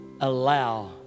allow